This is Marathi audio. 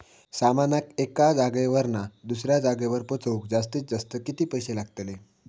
सामानाक एका जागेवरना दुसऱ्या जागेवर पोचवूक जास्तीत जास्त किती पैशे लागतले?